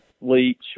Leach